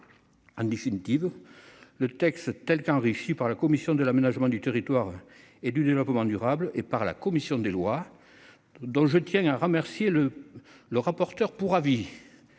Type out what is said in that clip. En définitive, le texte, tel qu'il a été enrichi par la commission de l'aménagement du territoire et du développement durable et par la commission des lois, pour lequel je tiens à remercier le rapporteur pour avis